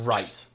Right